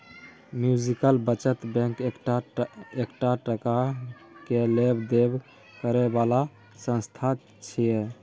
mutual बचत bank एकटा टका के लेब देब करे बला संस्था छिये